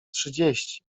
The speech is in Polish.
trzydzieści